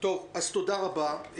תודה רבה.